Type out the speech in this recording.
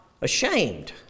ashamed